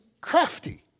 crafty